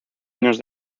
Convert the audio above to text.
años